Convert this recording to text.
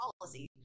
policy